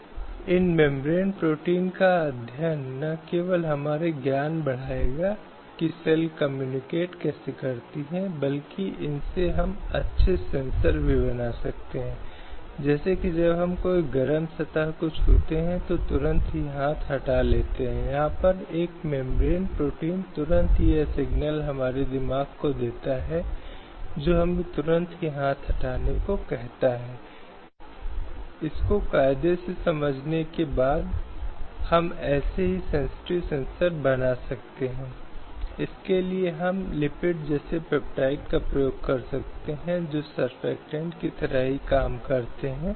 slide समय संदर्भ 1328 अब ऐसे मामलों या न्यायिक फैसलों की संख्या बढ़ गई है जो समानता के इस पहलू पर जोर देने या स्थापित करने के लिए गए हैं और कई स्थितियों में चाहे वे रोजगार से संबंधित हों या अन्य चाहे यह देखा गया हो कि भेदभावपूर्ण प्रथाएं हैं या जो हैं महिलाओं के लिए भेदभावपूर्ण या प्रतिकूल अदालतों ने हस्तक्षेप किया है और अदालतों ने कहा है कि ऐसे प्रावधान कानून में खराब हैं या संवैधानिक तानाशाही की अहमियत है